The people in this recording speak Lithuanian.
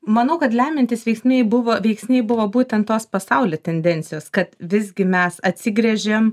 manau kad lemiantys veiksniai buvo veiksniai buvo būtent tos pasauly tendencijos kad visgi mes atsigręžiam